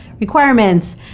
requirements